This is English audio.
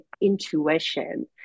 intuition